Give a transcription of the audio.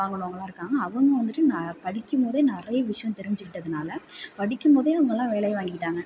வாங்கினவங்களாம் இருக்காங்க அவங்கள் வந்துட்டு படிக்கும் போதே நிறைய விஷயம் தெரிஞ்சுக்கிட்டதினால படிக்கும் போதே அவங்கள் எல்லாம் வேலையை வாங்கிக்கிட்டாங்க